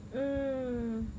mm